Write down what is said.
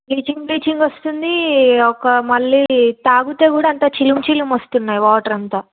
bleaching bleaching వస్తుంది ఒక మళ్ళీ తాగుతే కూడ అంత చిలుమ్ చిలుమ్ వస్తున్నాయి వాటర్ అంతా